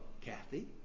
Kathy